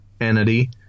entity